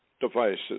devices